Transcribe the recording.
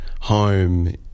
home